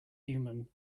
human